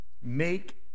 Make